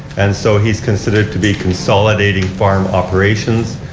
and so he's considered to be consolidating farm operations.